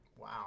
Wow